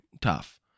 tough